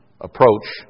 approach